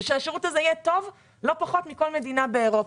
ושהשירות הזה יהיה טוב לא פחות מכל מדינה באירופה.